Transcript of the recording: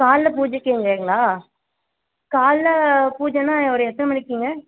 காலைல பூஜைக்கேங்கேங்களா காலைல பூஜைன்னா ஒரு எத்தனை மணிக்குங்க